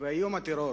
ואיום הטרור.